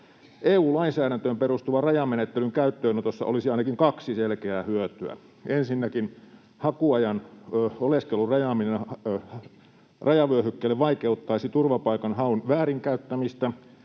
EU-lainsäädäntöön perustuvan rajamenettelyn käyttöönotossa olisi ainakin kaksi selkeää hyötyä: Ensinnäkin hakuajan oleskelun rajaaminen rajavyöhykkeelle vaikeuttaisi turvapai-kanhaun väärinkäyttämistä.